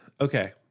Okay